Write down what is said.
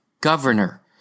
governor